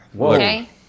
Okay